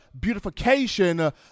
beautification